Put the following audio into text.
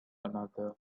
another